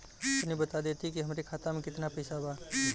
तनि बता देती की हमरे खाता में कितना पैसा बा?